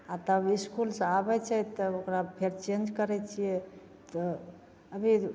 आओर तब इसकुलसे आबै छै तब ओकरा फेर चेन्ज करै छिए तऽ अभी